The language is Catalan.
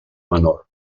menor